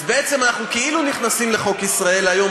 אז בעצם אנחנו כאילו נכנסים לחוק "ישראל היום",